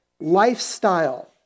lifestyle